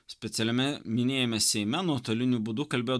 specialiame minėjime seime nuotoliniu būdu kalbėjo